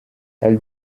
elle